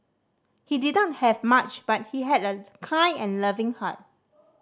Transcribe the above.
he didn't have much but he had a kind and loving heart